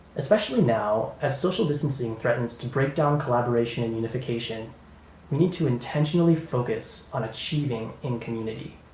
especially now as social distancing threatens to break down collaboration and unification. we need to intentionally focus on achieving in community,